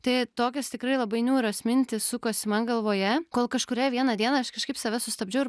tai tokios tikrai labai niūrios mintys sukosi man galvoje kol kažkurią vieną dieną aš kažkaip save sustabdžiau ir